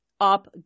up